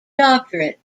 doctorate